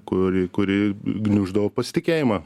kuri kuri gniuždo pasitikėjimą